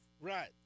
Right